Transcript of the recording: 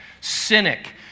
cynic